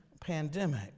pandemic